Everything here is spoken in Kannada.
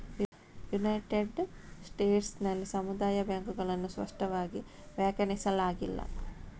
ಯುನೈಟೆಡ್ ಸ್ಟೇಟ್ಸ್ ನಲ್ಲಿ ಸಮುದಾಯ ಬ್ಯಾಂಕುಗಳನ್ನು ಸ್ಪಷ್ಟವಾಗಿ ವ್ಯಾಖ್ಯಾನಿಸಲಾಗಿಲ್ಲ